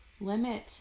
limit